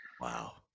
Wow